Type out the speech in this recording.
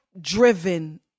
driven